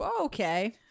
Okay